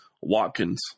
Watkins